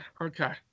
okay